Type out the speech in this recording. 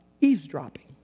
eavesdropping